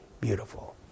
beautiful